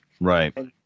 Right